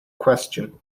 question